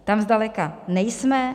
Tam zdaleka nejsme.